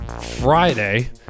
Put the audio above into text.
Friday